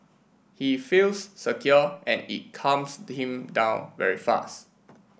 he feels secure and it calms him down very fast